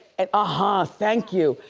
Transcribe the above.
and ah huh, thank you.